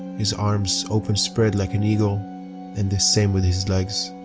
his arms open spread like and eagle and the same with his legs.